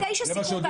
09:00 סוכם.